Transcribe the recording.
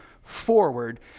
forward